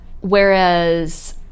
Whereas